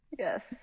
Yes